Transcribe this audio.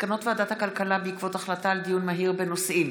מסקנות ועדת הכלכלה בעקבות דיון מהיר בהצעתם